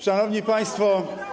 Szanowni Państwo!